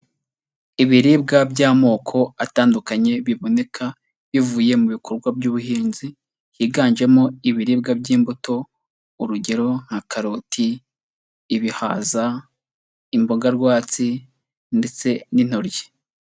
Ibiribwa by'amoko atandukanye biboneka bivuye mu bikorwa by'ubuhinzi, higanjemo ibiribwa by'imbuto urugero nka karoti, ibihaza, imboga rwatsi ndetse n'intoryi.